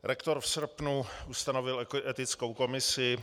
Rektor v srpnu ustanovil etickou komisi.